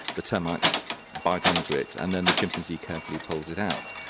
the termites bite onto it and then the chimpanzee carefully pulls it out.